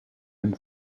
and